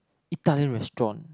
Italian restaurant